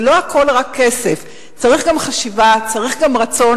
זה לא הכול רק כסף, צריך גם חשיבה, צריך גם רצון,